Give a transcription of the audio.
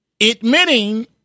admitting